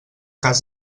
cas